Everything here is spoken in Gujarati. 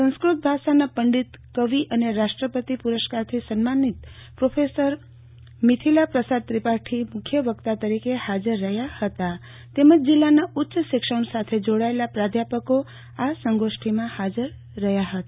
સંસ્કૃત ભાષાના પંડિત કવિ અને રાષ્ટ્રપતિ પુરષ્કાર થી સન્માનિત પ્રોફેસર મિથિલા પ્રસાદ ત્રિપાઠી મુખ્ય વક્તા તરીકે હાજર રહ્યા હતા તેમજ જિલ્લાના ઉચ્ય શિક્ષણ સાથે જોડાયેલ પ્રાધ્યાપકો આ સંગોષ્ઠીમાં હાજર રહ્યા હતા